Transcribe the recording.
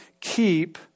keep